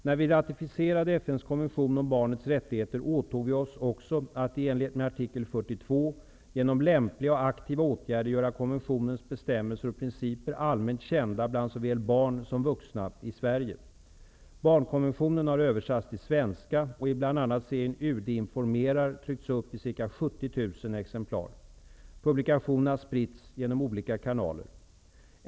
När vi ratificerade FN:s konvention om barnets rättigheter åtog vi oss också att i enlighet med artikel 42 genom lämpliga och aktiva åtgärder göra konventionens bestämmelser och principer allmänt kända bland såväl barn som vuxna i Sverige. Barnkonventionen har översatts till svenska och i bl.a. serien UD informerar tryckts upp i ca 70 000 exemplar. Publikationen har spritts genom olika kanaler.